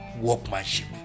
workmanship